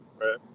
right